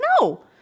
no